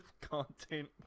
content